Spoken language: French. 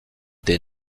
des